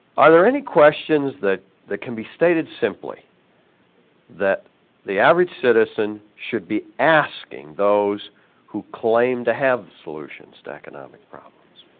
are there any questions that that can be stated simply that the average citizen should be asking those who claim to have solutions to economic problems?